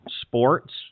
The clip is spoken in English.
sports